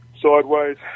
sideways